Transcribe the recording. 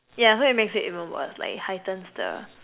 yeah so it makes it even worse like it heightens the